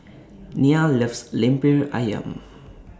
Nia loves Lemper Ayam